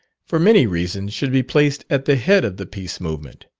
for many reasons, should be placed at the head of the peace movement.